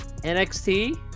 NXT